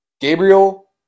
Gabriel